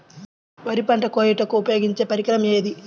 వరి పంట కోయుటకు ఉపయోగించే పరికరం ఏది?